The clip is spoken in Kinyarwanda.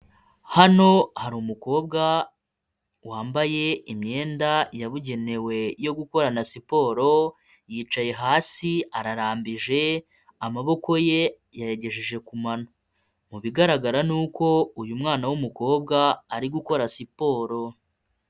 Hano hari umukobwa wambaye imyenda yabugenewe yo gukorana siporo yicaye hasi ararambije amaboko ye yayagejeje ku mano, mu bigaragara ni uko uyu mwana w'umukobwa ari gukora siporo.